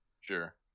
Sure